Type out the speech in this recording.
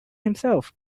himself